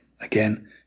Again